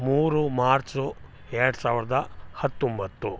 ಮೂರು ಮಾರ್ಚು ಎರಡು ಸಾವಿರದ ಹತ್ತೊಂಬತ್ತು